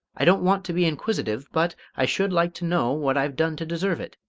i don't want to be inquisitive, but i should like to know what i've done to deserve it?